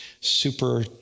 super